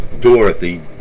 Dorothy